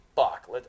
fuck